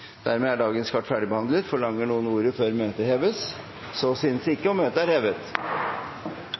Dermed er dagens kart ferdigbehandlet. Forlanger noen ordet før møtets heves? – Møtet er hevet.